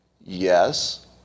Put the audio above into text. Yes